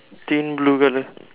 think blue colour